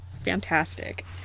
fantastic